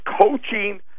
coaching